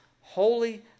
holy